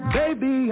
baby